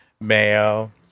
mayo